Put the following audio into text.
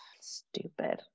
stupid